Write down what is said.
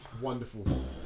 Wonderful